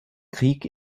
krieg